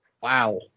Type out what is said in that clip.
Wow